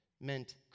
meant